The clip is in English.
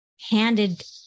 handed